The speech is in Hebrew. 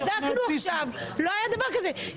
בדקנו עכשיו, לא היה דבר כזה.